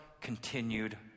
continued